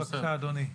בבקשה, אדוני.